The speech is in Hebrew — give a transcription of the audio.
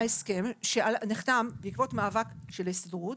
ההסכם שנחתם בעקבות מאבק של ההסתדרות